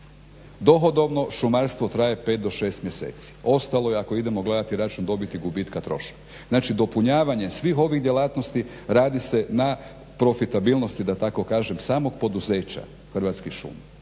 Dohodovno šumarstvo traje pet do šest mjeseci, ostalo je ako idemo gledati račun dobiti i gubitka troška. Znači dopunjavanje svih ovih djelatnosti radi se na profitabilnosti da tako kažem samog poduzeća Hrvatskih šuma.